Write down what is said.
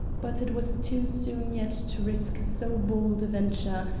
but it was too soon yet to risk so bold a venture,